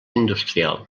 industrial